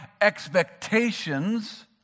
expectations